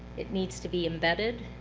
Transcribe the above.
it needs to be embedded,